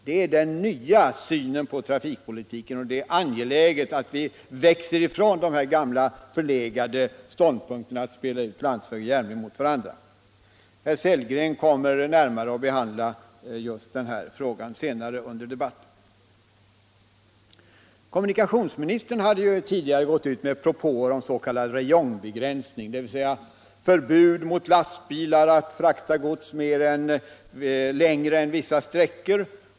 Det är den nya synen på trafikpolitiken, och det är angeläget att vi växer ifrån de gamla förlegade ståndpunkterna att spela ut landsväg mot järnväg. Herr Sellgren kommer senare under debatten att vidare behandla just den frågan. Kommunikationsministern gick tidigare ut med propåer om s.k. räjongbegränsning, dvs. förbud för lastbilar att frakta gods längre än vissa sträckor.